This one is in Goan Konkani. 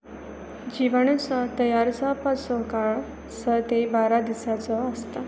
जिवणुचो तयार जावपाचो काळ स ते बारा दिसांचो आसता